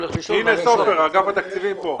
אגף התקציבים כאן.